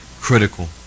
critical